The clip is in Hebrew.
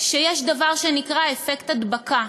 שיש דבר שנקרא אפקט הדבקה.